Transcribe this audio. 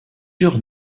eurent